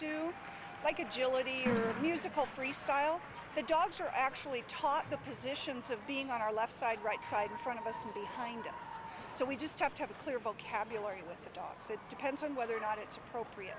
do like agility musical freestyle the dogs are actually taught the positions of being on our left side right side in front of us and behind us so we just have to have a clear vocabulary with the dogs it depends on whether or not it's appropriate